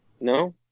No